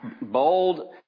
bold